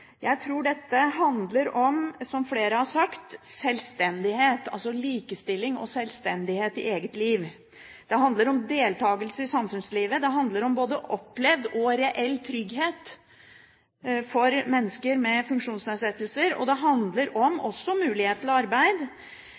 Jeg tror dette handler om – som flere har sagt – sjølstendighet, altså likestilling og sjølstendighet i eget liv. Det handler om deltakelse i samfunnslivet. Det handler om både opplevd og reell trygghet for mennesker med funksjonsnedsettelser, og det handler også om mulighet for arbeid.